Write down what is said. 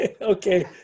Okay